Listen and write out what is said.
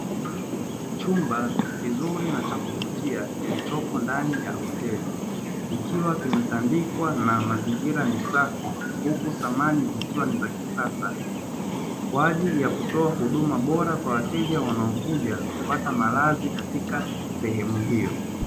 Chumba kizuri na cha kuvutia kilichopo ndani ya hoteli ikiwa kimetandikwa na mazingira ni safi, huku thamani zikiwa ni za kisasa kwa ajili ya kutoa huduma bora kwa wateja wanaokuja kupata malazi katika sehemu hiyo.